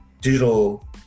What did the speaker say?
digital